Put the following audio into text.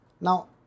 Now